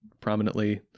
prominently